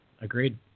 Agreed